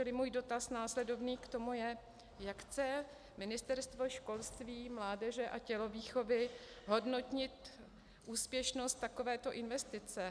Čili můj následovný dotaz k tomu je, jak chce Ministerstvo školství, mládeže a tělovýchovy hodnotit úspěšnost takovéto investice.